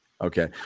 Okay